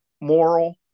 moral